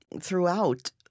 throughout